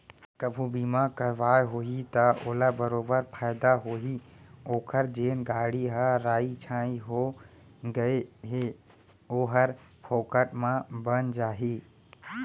कभू बीमा करवाए होही त ओला बरोबर फायदा होही ओकर जेन गाड़ी ह राइ छाई हो गए हे ओहर फोकट म बन जाही